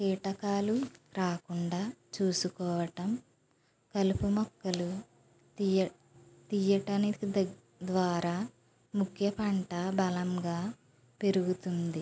కీటకాలు రాకుండా చూసుకోవటం కలుపు మొక్కలు తీయ తీయటానికి దగ్ ద్వారా ముఖ్య పంట బలంగా పెరుగుతుంది